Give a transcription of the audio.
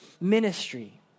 ministry